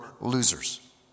losers